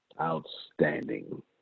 Outstanding